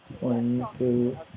one two